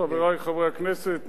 חברי חברי הכנסת,